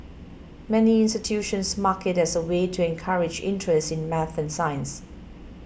many institutions mark it as a way to encourage interest in math and science